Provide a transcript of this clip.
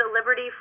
Liberty